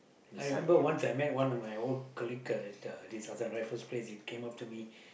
I remember once I met one of my old colleague ah at uh this I was at Raffles-Place he came up to me